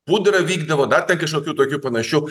pudra vykdavo dar ten kažkokių tokių panašių